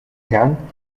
gaan